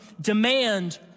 demand